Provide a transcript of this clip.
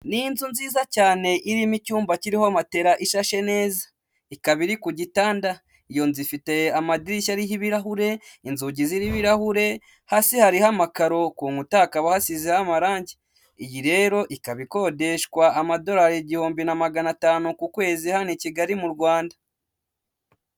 Ni inzu nziza cyane irimo icyumba kiriho matera ishashe neza, ikaba iri ku gitanda, iyo nzu ifite amadirishya ariho ibirahure, inzugi ziriho ibirahure hasi hariho amakaro, ku nkuta hakaba hasizeho amarangi, iyi rero ikaba ikodeshwa amadolari igihumbi na magana atanu ku kwezi hano i Kigali mu Rwanda.